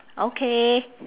okay